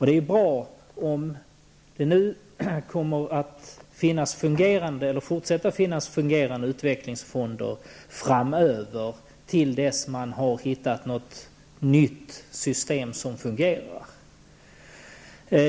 Det är bra om det kommer att fortsätta att finnas fungerande utvecklingsfonder framöver tills man har hittat ett nytt system som kan fungera.